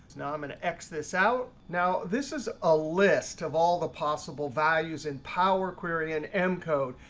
now i'm an x this out. now this is a list of all the possible values in power query and m code.